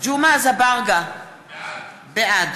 גו'מעה אזברגה, בעד